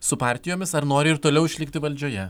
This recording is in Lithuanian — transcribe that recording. su partijomis ar nori ir toliau išlikti valdžioje